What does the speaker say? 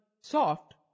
soft